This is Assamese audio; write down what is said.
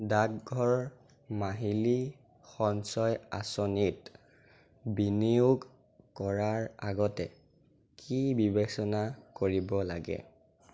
ডাকঘৰ মাহিলি সঞ্চয় আঁচনিত বিনিয়োগ কৰাৰ আগতে কি বিবেচনা কৰিব লাগে